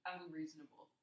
unreasonable